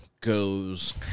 goes